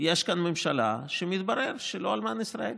יש כאן ממשלה שמתברר שלא אלמן ישראל,